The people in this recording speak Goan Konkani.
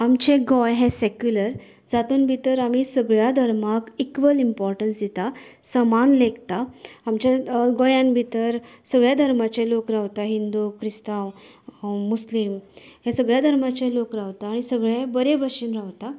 आमचें गोंय हें सेक्यूलर जातूंत भितर आमी सगळ्या धर्मांक इक्वल इम्पाॅरटन्स दितात समान लेखतात आमचें गोंयांत भितर सगळ्या धर्माचे लोक रावतात हिंदू क्रिस्तांव मुस्लीम हे सगळ्या धर्माचे लोक रावतात हे सगळे बरें बशेन रावतात